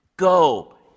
Go